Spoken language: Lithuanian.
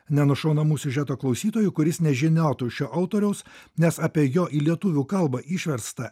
nenušaunamų siužeto klausytojų kuris nežiniotų šio autoriaus nes apie jo į lietuvių kalbą išversta